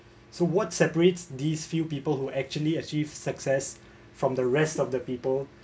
so what separates these few people who actually achieve success from the rest of the people